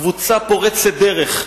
קבוצה פורצת דרך,